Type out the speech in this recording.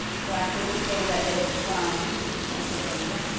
so actually this data is from pennsylvania.